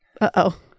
Uh-oh